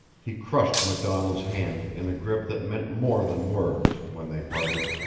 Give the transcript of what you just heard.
he crushed macdonald's hand in a grip that meant more than words when they parted.